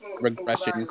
regression